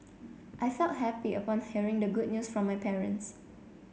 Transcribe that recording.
I felt happy upon hearing the good news from my parents